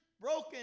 broken